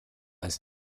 ist